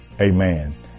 amen